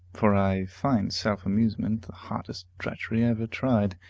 for i find self-amusement the hardest drudgery i ever tried.